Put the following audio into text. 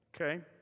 Okay